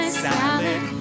salad